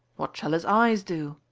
what shall his eyes do?